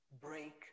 break